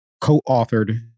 co-authored